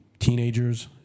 Teenagers